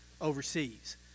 overseas